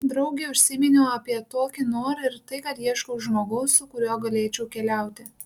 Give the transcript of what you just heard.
draugei užsiminiau apie tokį norą ir tai kad ieškau žmogaus su kuriuo galėčiau keliauti